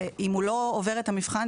ואם הוא לא עובר את המבחן,